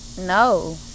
No